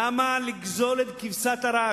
למה לגזול את כבשת הרש?